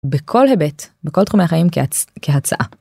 בכל היבט, בכל תחומי החיים כהצעה.